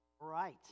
right